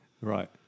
Right